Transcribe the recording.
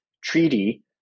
Treaty